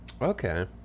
Okay